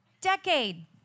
Decade